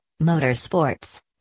motorsports